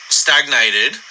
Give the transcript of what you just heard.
stagnated